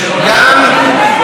גם בעניין